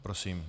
Prosím.